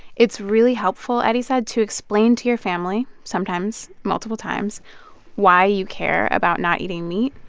it's really helpful, eddie said, to explain to your family sometimes, multiple times why you care about not eating meat.